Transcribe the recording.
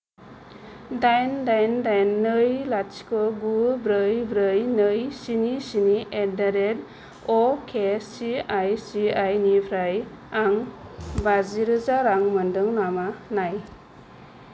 दाइन दाइन दाइन नै लाथिख' गु ब्रै ब्रै नै स्नि स्नि एडदारेट अके आईसिआईसिआई निफ्राय आं बाजिरोजा रां मोन्दों नामा नाय